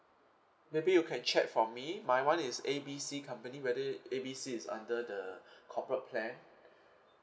maybe you can check for me my one is A B C company whether A B C is under the corporate plan